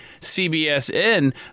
CBSN